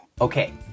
Okay